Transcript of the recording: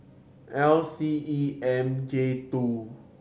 L C E M J two